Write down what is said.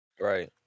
Right